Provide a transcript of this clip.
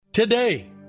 Today